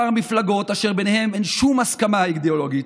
כמה מפלגות אשר ביניהן אין שום הסכמה אידיאולוגית,